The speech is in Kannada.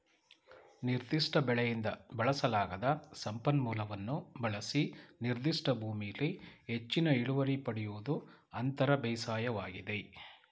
ನಿರ್ದಿಷ್ಟ ಬೆಳೆಯಿಂದ ಬಳಸಲಾಗದ ಸಂಪನ್ಮೂಲವನ್ನು ಬಳಸಿ ನಿರ್ದಿಷ್ಟ ಭೂಮಿಲಿ ಹೆಚ್ಚಿನ ಇಳುವರಿ ಪಡಿಯೋದು ಅಂತರ ಬೇಸಾಯವಾಗಿದೆ